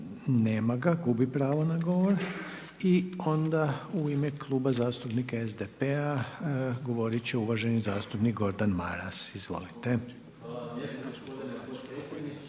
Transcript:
Hvala lijepa. Sljedeći će u ime Kluba zastupnika SDP-a govoriti uvaženi zastupnik Gordan Maras. Izvolite.